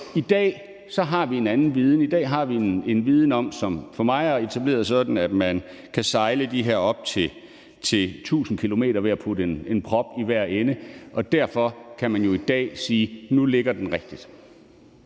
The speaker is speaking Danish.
I dag har vi en anden viden. I dag har vi en viden, som jeg forstår sådan, at man kan sejle de her op til 1.000 km ved at putte en prop i hver ende, og derfor kan man jo i dag sige: Nu ligger den rigtigt.